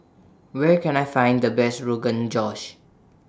Where Can I Find The Best Rogan Josh